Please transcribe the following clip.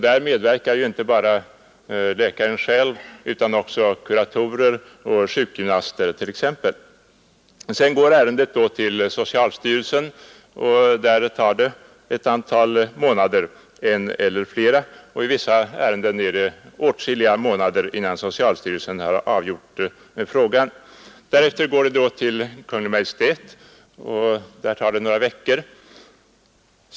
Där medverkar ju inte bara läkaren själv utan också kuratorer och sjukgymnaster t.ex. Sedan går ärendet till socialstyrelsen. Där tar det ett antal månader, en eller flera. I vissa ärenden dröjer det åtskilliga månader, innan socialstyrelsen avgjort frågan. Därefter går ärendet till Kungl. Maj:t, där det tar några veckor.